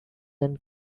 and